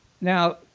Now